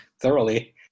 thoroughly